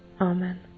Amen